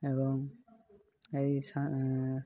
ଏବଂ ଏଇ